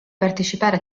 partecipare